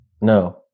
No